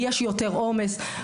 ויש יותר עומס.